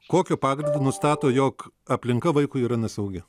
kokiu pagrindu nustato jog aplinka vaikui yra nesaugi